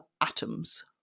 atoms